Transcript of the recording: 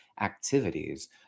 activities